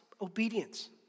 Obedience